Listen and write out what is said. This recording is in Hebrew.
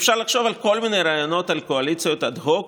אפשר לחשוב על כל מיני רעיונות של קואליציות אד-הוק